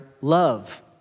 love